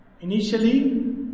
initially